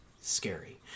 scary